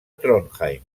trondheim